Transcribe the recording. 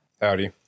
howdy